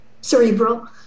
cerebral